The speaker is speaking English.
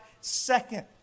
second